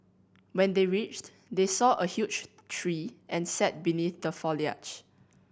when they reached they saw a huge tree and sat beneath the foliage